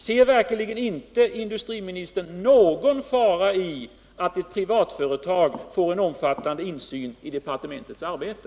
Ser verkligen inte industriministern någon fara i att ett privatföretag får en omfattande insyn i departementets arbete?